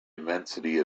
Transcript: immensity